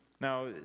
Now